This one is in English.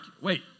wait